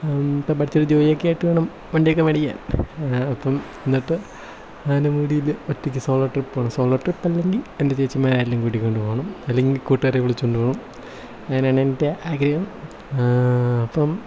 ഇപ്പം പഠിച്ചൊരു ജോലിയൊക്കെ ആയിട്ട് വേണം വണ്ടിയൊക്കെ മേടിക്കാൻ അപ്പം എന്നിട്ട് ആനമുടിയിൽ ഒറ്റയ്ക്ക് സോളോ ട്രിപ്പ് സോളോ ട്രിപ്പ് അല്ലെങ്കിൽ എൻ്റെ ചേച്ചിമാരെ ആരേലും കൂട്ടിക്കൊണ്ട് പോകണം അല്ലെങ്കിൽ കൂട്ടുകാരെ വിളിച്ചോണ്ടു പോകണം അങ്ങനെയാണ് എൻ്റെ ആഗ്രഹം അപ്പം